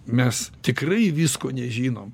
mes tikrai visko nežinom